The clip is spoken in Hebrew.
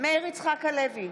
מאיר יצחק הלוי,